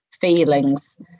feelings